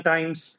Times